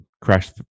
crashed